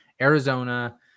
Arizona